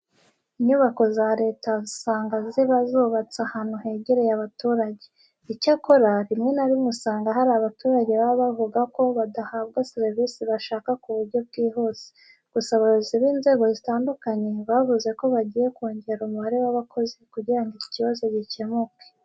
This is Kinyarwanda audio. Inyubako za leta usanga ziba zubatse ahantu hegereye abaturage. Icyakora, rimwe na rimwe usanga hari abaturage baba bavuga ko badahabwa serivise bashaka ku buryo bwihuse. Gusa abayobozi b'inzego zitandukanye bavuze ko bagiye kongera umubare w'abakozi kugira ngo iki kibazo gikemuke.